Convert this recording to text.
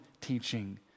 teaching